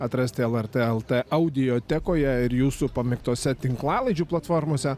atrasti lrt lt audiotekoje ir jūsų pamėgtose tinklalaidžių platformose